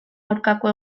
aurkako